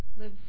live